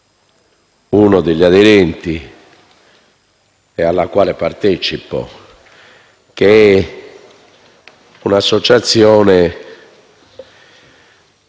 uno degli aderenti e alla quale partecipo. È un'associazione